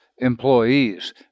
employees